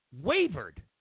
wavered